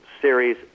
series